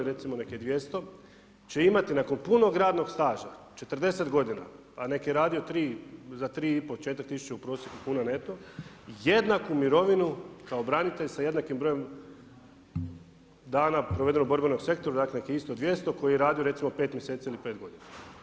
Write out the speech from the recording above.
Recimo nek' je 200 će imati nakon punog radnog staža 40 godina, pa nek' je radio za 3 i pol, 4000 u prosjeku kuna neto jednaku mirovinu kao branitelj sa jednakim brojem dana provedenog u borbenom sektoru dakle nek' je isto 200 koji je radio recimo 5 mjeseci ili 5 godina.